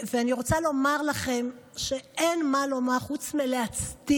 ואני רוצה לומר לכם שאין מה לומר חוץ מלהצדיע.